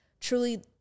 Truly